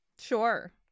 Sure